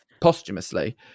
posthumously